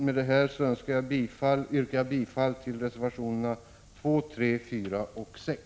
Med detta yrkar jag bifall till reservationerna 2, 3, 4 och 6.